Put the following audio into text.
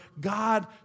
God